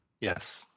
Yes